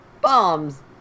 bombs